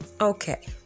Okay